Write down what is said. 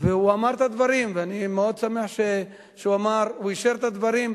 הוא אמר את הדברים ואני מאוד שמח שהוא אישר את הדברים.